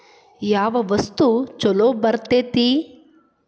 ಯಾವ ವಸ್ತು ಛಲೋ ಬರ್ತೇತಿ?